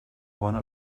bona